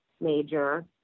major